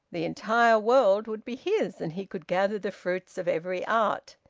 the entire world would be his, and he could gather the fruits of every art.